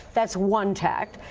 that's one tact.